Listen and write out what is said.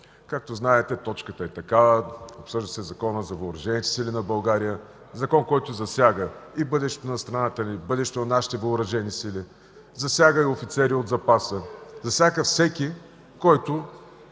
Както знаете, точката е такава. Тя е свързана със Закона за Въоръжените сили на България – закон, който засяга и бъдещето на страната ни, и бъдещето на нашите Въоръжени сили, засяга и офицери от запаса, засяга всеки, който